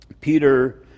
Peter